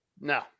No